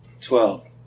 Twelve